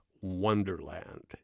Wonderland